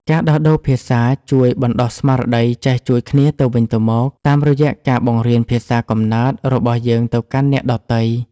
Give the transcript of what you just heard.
ការដោះដូរភាសាជួយបណ្ដុះស្មារតីចេះជួយគ្នាទៅវិញទៅមក តាមរយៈការបង្រៀនភាសាកំណើតរបស់យើងទៅកាន់អ្នកដទៃ។